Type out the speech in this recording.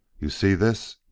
you see this?